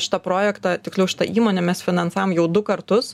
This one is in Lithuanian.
šitą projektą tiksliau štą įmonę mes finansavom jau du kartus